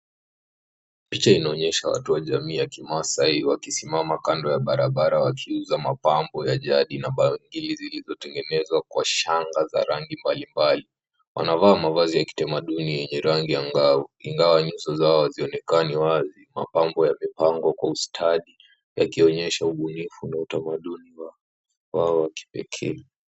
Picha inaonyesha watu wa jamii ya ki-Maasai wakisimama kando ya barabara, wakiuuza mapambo ya jadi zilizotengenezwa kwa shanga za rangi mbalimbali. Wanavaa mavazi ya kitamaduni yenye rangi angavu. Ingawa nyuso zao hazionekani wazi, mapambo yamepangwa kwa ustadi, yakionyesha ubunifu na utamaduni wao wa kipekee.